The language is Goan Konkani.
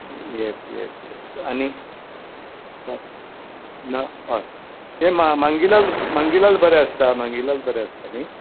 यस यस यस आनी ना हय हें मांगीलाल मांगीलाल बरें आसता मांगीलाल बरें आसता न्हय